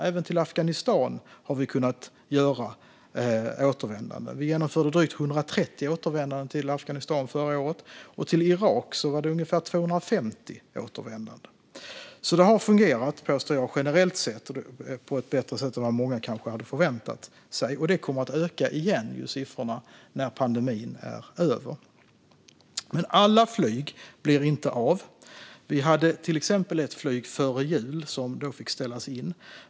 Även till Afghanistan har vi kunnat verkställa återvändanden. Vi genomförde drygt 130 återvändanden till Afghanistan förra året, och till Irak var det ungefär 250 återvändanden. Jag påstår alltså att det generellt sett har fungerat på ett bättre sätt än vad många kanske hade väntat sig. Och siffrorna kommer att stiga igen när pandemin är över. Men alla flyg blir inte av. Vi hade till exempel ett flyg före jul som fick ställas in.